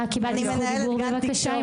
אני רק קיבלתי זכות דיבור, בבקשה.